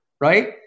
right